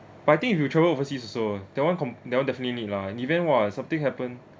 but I think if you travel overseas also that one com~ that one definitely need lah even while something happen